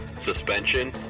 suspension